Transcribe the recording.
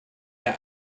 der